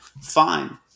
Fine